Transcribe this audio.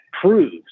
proves